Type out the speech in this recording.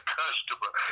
customer